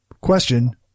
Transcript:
question